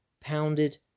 pounded